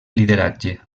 lideratge